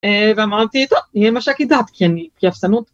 ואמרתי, טוב, יהיה מש"קית דת, כי אני, כי אפסנאות...